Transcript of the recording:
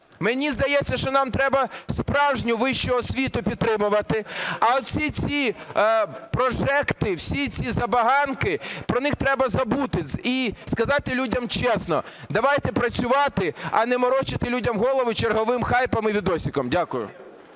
Мені здається, що нам треба справжню вищу освіту підтримувати, а от всі ці прожекти, всі ці забаганки, про них треба забути і сказати людям чесно – давайте працювати, а не морочити людям голови черговим хайпом і відосиком. Дякую.